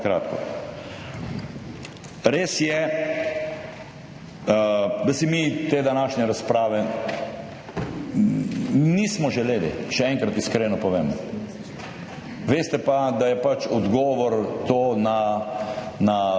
Res je, da si mi te današnje razprave nismo želeli, še enkrat iskreno povem. Veste pa, da je to pač odgovor na